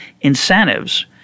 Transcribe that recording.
incentives